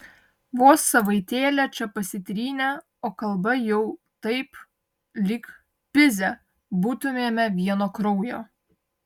vos savaitėlę čia pasitrynė o kalba jau taip lyg pizė būtumėme vieno kraujo